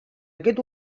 aquest